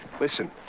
Listen